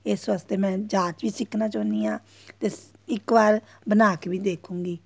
ਇਸ ਵਾਸਤੇ ਮੈਂ ਜਾਚ ਵੀ ਸਿੱਖਣਾ ਚਾਹੁੰਦੀ ਹਾਂ ਅਤੇ ਇੱਕ ਵਾਰ ਬਣਾ ਕੇ ਵੀ ਦੇਖੂੰਗੀ